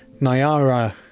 Nayara